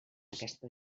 aquesta